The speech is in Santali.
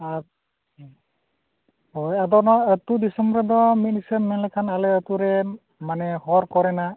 ᱟᱨ ᱦᱳᱭ ᱟᱫᱚ ᱱᱟᱜ ᱟᱛᱳ ᱫᱤᱥᱚᱢ ᱨᱮᱫᱚ ᱢᱤᱫ ᱦᱤᱥᱟᱹᱵ ᱧᱮᱞ ᱞᱮᱠᱷᱟᱱ ᱟᱞᱮ ᱟᱛᱳ ᱨᱮᱱ ᱢᱟᱱᱮ ᱦᱚᱨ ᱠᱚᱨᱮᱱᱟᱜ